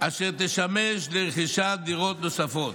אשר תשמש לרכישת דירות נוספות.